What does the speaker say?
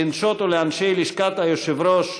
לנשות ולאנשי לשכת היושב-ראש,